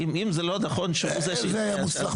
אם זה לא נכון שהוא זה שהציע את זה,